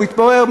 הוא מתפורר,